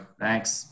Thanks